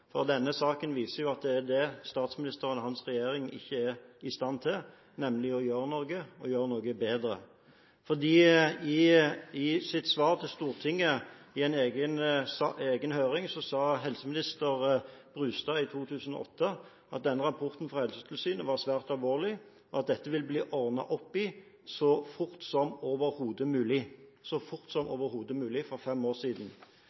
for denne saken viser at det statsministeren og hans regjering ikke er i stand til, er nemlig å gjøre noe – og gjøre noe bedre. I svar til Stortinget, i en egen høring, sa daværende helseminister Brustad i 2008 at denne rapporten fra Helsetilsynet var svært alvorlig, og at dette vil det bli ordnet opp i så fort som overhodet mulig – så fort som overhodet mulig, for fem år siden!